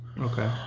Okay